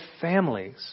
families